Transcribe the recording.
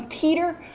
Peter